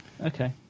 Okay